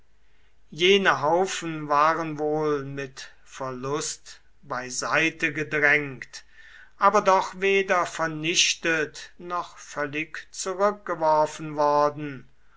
jene haufen waren wohl mit verlust beiseite gedrängt aber doch weder vernichtet noch völlig zurückgeworfen worden